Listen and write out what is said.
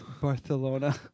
Barcelona